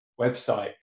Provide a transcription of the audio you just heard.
website